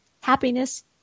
Happiness